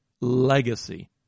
legacy